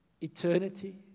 eternity